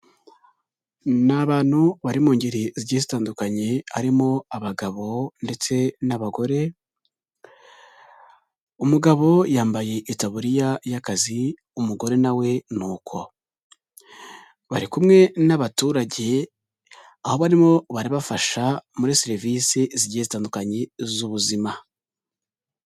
Ni abantu bari mu ngeri zigiye zitandukanye, harimo abagabo ndetse n'abagore, umugabo yambaye itaburiya y'akazi, umugore na we ni uko, bari kumwe n'abaturage aho barimo barabafasha muri serivisi zigiye zitandukanye z'ubuzima.